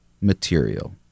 material